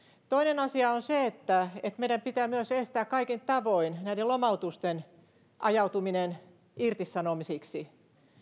toinen asia on se että meidän pitää myös estää kaikin tavoin näiden lomautusten ajautuminen irtisanomisiksi